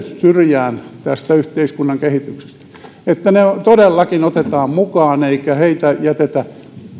syrjään tästä yhteiskunnan kehityksestä niin että heidät todellakin otetaan mukaan eikä heitä jätetä